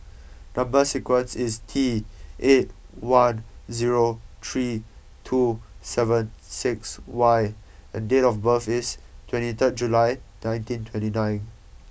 number sequence is T eight one zero three two seven six Y and date of birth is twenty third July nineteen twenty nine